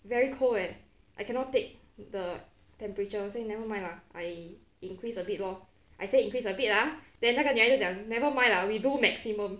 very cold eh I cannot take the temperature say nevermind lah I increase a bit lor I said increase a bit ah then 那个女的就讲 nevermind lah we do maximum